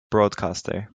broadcaster